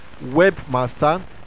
webmaster